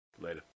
later